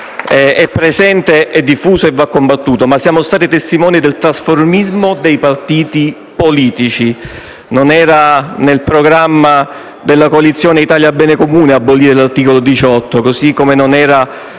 presente, è diffuso e va combattuto. Siamo stati però testimoni del trasformismo dei partiti politici: non era nel programma della coalizione Italia bene comune abolire l'articolo 18 del cosiddetto